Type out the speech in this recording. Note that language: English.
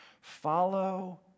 Follow